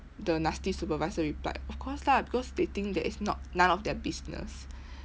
the nasty supervisor replied of course lah because they think that it's not none of their business